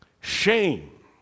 shame